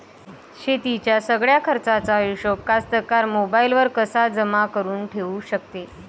शेतीच्या सगळ्या जमाखर्चाचा हिशोब कास्तकार मोबाईलवर कसा जमा करुन ठेऊ शकते?